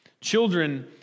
Children